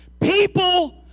people